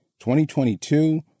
2022